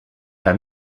pas